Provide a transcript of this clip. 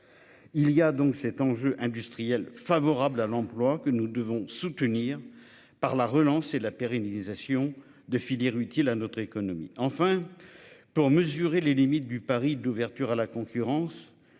Il y a donc cet enjeu industriel favorable à l'emploi que nous devons soutenir par la relance et la pérennisation de filière utiles à notre économie, enfin. Pour mesurer les limites du Paris de l'ouverture à la concurrence.